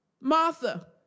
Martha